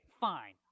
fine